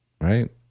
right